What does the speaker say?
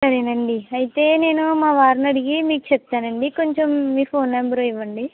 సరేనండి అయితే నేను మా వారిని అడిగి మీకు చెప్తానండి కొంచెం మీ ఫోన్ నెంబరు ఇవ్వండి